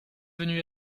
venu